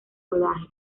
rodaje